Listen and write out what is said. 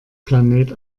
planet